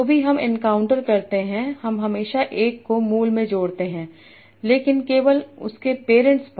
जो भी हम एनकाउंटर करते हैं हम हमेशा 1 को मूल में जोड़ते है लेकिन केवल उसके पेरेंट्स पर